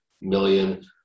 million